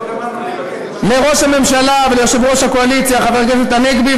לראש הממשלה וליושב-ראש הקואליציה חבר הכנסת הנגבי,